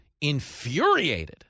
infuriated